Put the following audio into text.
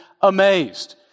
amazed